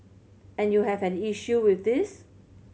and you have an issue with this